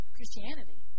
Christianity